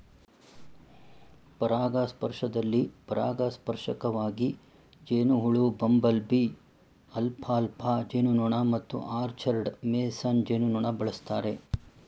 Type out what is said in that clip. ಪರಾಗಸ್ಪರ್ಶದಲ್ಲಿ ಪರಾಗಸ್ಪರ್ಶಕವಾಗಿ ಜೇನುಹುಳು ಬಂಬಲ್ಬೀ ಅಲ್ಫಾಲ್ಫಾ ಜೇನುನೊಣ ಮತ್ತು ಆರ್ಚರ್ಡ್ ಮೇಸನ್ ಜೇನುನೊಣ ಬಳಸ್ತಾರೆ